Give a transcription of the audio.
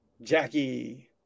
Jackie